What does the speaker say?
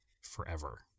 forever